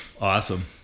awesome